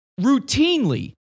routinely